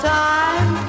time